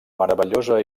meravellosa